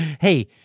Hey